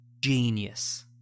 genius